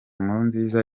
nkurunziza